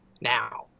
now